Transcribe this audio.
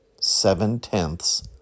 Seven-tenths